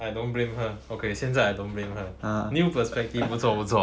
I don't blame her okay 现在 I don't blame her new persepctive 不错不错